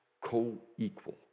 co-equal